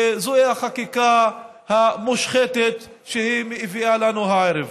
וזוהי החקיקה המושחתת שהיא מביאה לנו הערב.